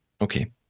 Okay